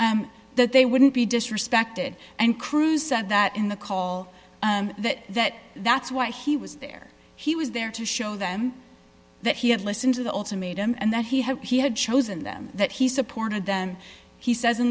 that they wouldn't be disrespected and crews said that in the call that that that's why he was there he was there to show them that he had listened to the ultimatum and that he had he had chosen them that he supported them he says in